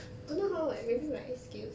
don't know how eh maybe my skills